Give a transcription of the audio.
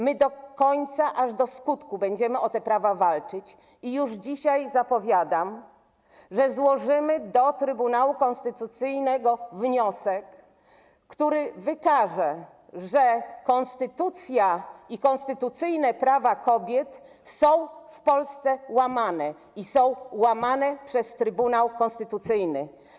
My do końca, aż do skutku, będziemy o te prawa walczyć i już dzisiaj zapowiadam, że złożymy do Trybunału Konstytucyjnego wniosek, który wykaże, że konstytucja i konstytucyjne prawa kobiet są w Polsce łamane i są łamane przez Trybunał Konstytucyjny.